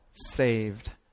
saved